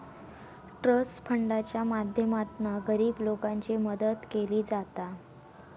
trust फंडाच्या माध्यमातना गरीब लोकांची मदत केली जाता